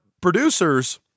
producers